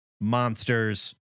monsters